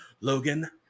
Logan